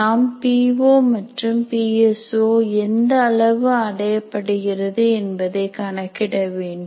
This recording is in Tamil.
நாம் பி ஒ மற்றும் பி எஸ் ஒ எந்த அளவு அடையப்படுகிறது என்பதை கணக்கிட வேண்டும்